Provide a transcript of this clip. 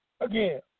Again